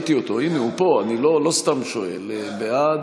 בעד,